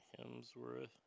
Hemsworth